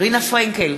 רינה פרנקל,